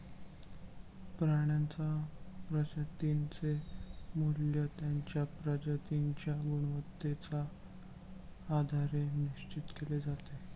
प्राण्यांच्या प्रजातींचे मूल्य त्यांच्या प्रजातींच्या गुणवत्तेच्या आधारे निश्चित केले जाते